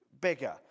bigger